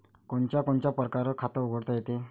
कोनच्या कोनच्या परकारं खात उघडता येते?